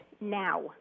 now